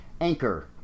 Anchor